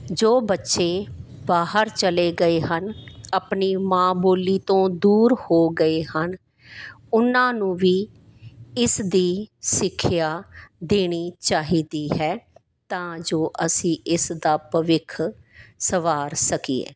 ਜੋ ਬੱਚੇ ਬਾਹਰ ਚਲੇ ਗਏ ਹਨ ਆਪਣੀ ਮਾਂ ਬੋਲੀ ਤੋਂ ਦੂਰ ਹੋ ਗਏ ਹਨ ਉਹਨਾਂ ਨੂੰ ਵੀ ਇਸ ਦੀ ਸਿੱਖਿਆ ਦੇਣੀ ਚਾਹੀਦੀ ਹੈ ਤਾਂ ਜੋ ਅਸੀਂ ਇਸ ਦਾ ਭਵਿੱਖ ਸੰਵਾਰ ਸਕੀਏ